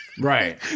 Right